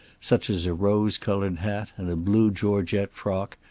such as a rose-colored hat and a blue georgette frock,